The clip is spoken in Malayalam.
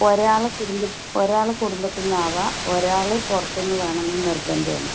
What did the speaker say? ഒരാള് കുടുംബ ഒരാള് കുടുംബത്തിൽ നിന്ന് ആവാം ഒരാള് പുറത്തുനിന്ന് വേണമെന്ന് നിർബന്ധമാണ്